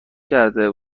کرده